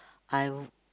I've